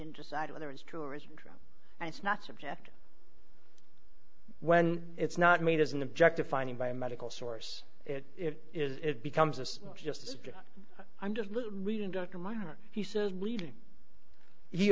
to decide whether it's true or is true and it's not subject when it's not made as an objective finding by a medical source it is it becomes us just i'm just reading dr mike he says leading he